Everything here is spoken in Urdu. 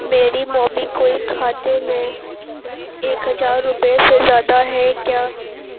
میری موبیکوئک کھاتے میں ایک ہزار روپے سے زیادہ ہیں کیا